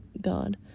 God